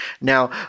Now